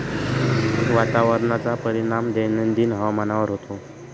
वातावरणाचा परिणाम दैनंदिन हवामानावर होतो